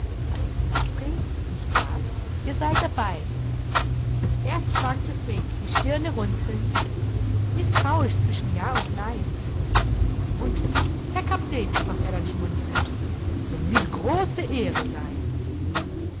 nicht wahr ihr seid dabei erst schwankte freek die stirne runzelnd mißtrauisch zwischen ja und nein und herr kaptän sprach er dann schmunzelnd soll mir ne große ehre sein